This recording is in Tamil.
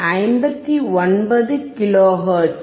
59 கிலோ ஹெர்ட்ஸ்